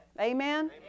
Amen